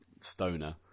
stoner